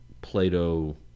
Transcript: Plato